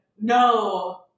No